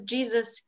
Jesus